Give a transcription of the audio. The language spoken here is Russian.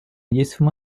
действуем